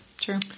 True